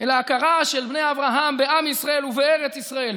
אל ההכרה של בני אברהם בעם ישראל ובארץ ישראל,